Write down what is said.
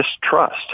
distrust